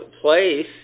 place